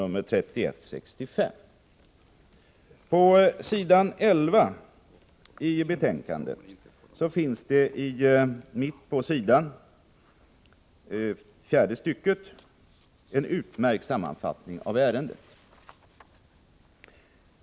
Mitt på s. 11, fjärde stycket, finns sedan en utmärkt sammanfattning av ärendet.